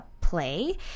play